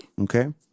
Okay